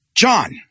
John